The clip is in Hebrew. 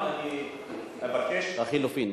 לחלופין.